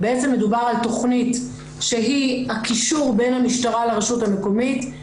בעצם מדובר על תכנית שהיא הקישור בין המשטרה לרשות המקומית,